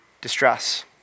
Distress